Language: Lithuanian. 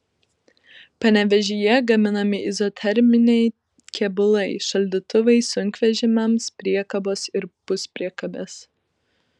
panevėžyje gaminami izoterminiai kėbulai šaldytuvai sunkvežimiams priekabos ir puspriekabės